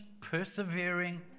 persevering